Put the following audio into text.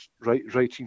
writing